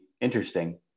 interesting